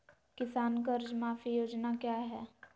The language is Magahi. किसान कर्ज माफी योजना क्या है?